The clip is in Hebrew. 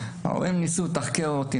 ההורים ניסו לתחקר אותי,